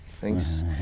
Thanks